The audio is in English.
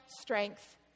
strength